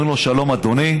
אומרים לו: שלום אדוני.